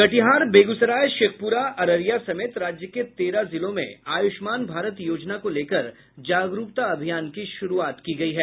कटिहार बेगूसराय शेखपुरा अररिया समेत राज्य के तेरह जिलों में आयुष्मान भारत योजना को लेकर जागरूकता अभियान की शुरूआत की गयी है